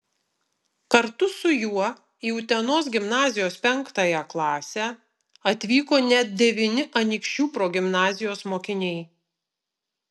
kartu su juo į utenos gimnazijos penktąją klasę atvyko net devyni anykščių progimnazijos mokiniai